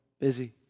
busy